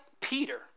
Peter